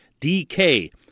DK